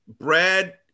Brad